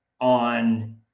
on –